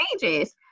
changes